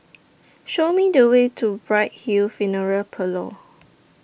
Show Me The Way to Bright Hill Funeral Parlour